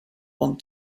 want